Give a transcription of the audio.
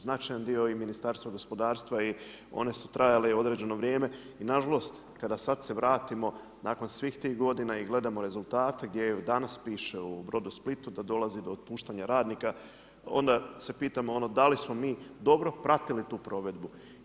Značajan dio i Ministarstva gospodarstva i one su trajale i određeno vrijeme i nažalost kada sada sad se vratimo nakon svih tih godina u gledamo rezultate gdje danas piše u Brodosplitu da dolazi do otpuštanja radnika, onda se pitamo da li smo mi dobro pratili tu provedbu.